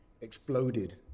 exploded